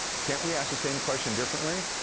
can't we ask the same question differently?